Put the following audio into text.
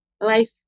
life